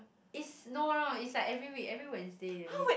is no no no it's like every week every Wednesday they'll meet